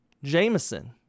jameson